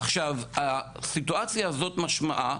עכשיו הסיטואציה הזאת משמעה,